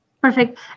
Perfect